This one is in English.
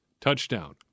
touchdown